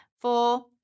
Four